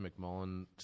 McMullen